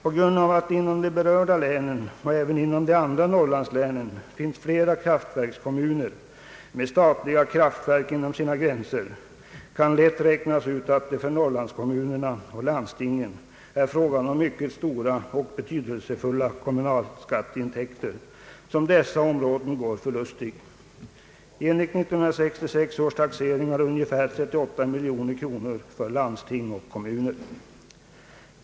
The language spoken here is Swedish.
Då det inom de berörda länen och även inom de andra norrlandslänen finnes flera kommuner med statliga kraftverk inom sina gränser kan man lätt räkna ut att det för norrlandskommunerna och landstingen är fråga om mycket stora och betydelsefulla kommunalskatteintäkter som dessa områden går förlustiga: enligt 1966 års taxeringar ungefär 38 miljoner kronor för landsting och kommuner.